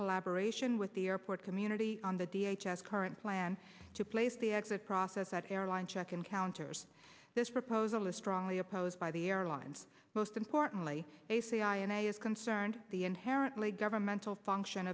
collaboration with the airport community on the d h s current plan to place the exit process at airline check in counters this proposal is strongly opposed by the airlines most importantly a cia is concerned the inherently governmental function